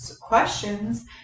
questions